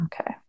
Okay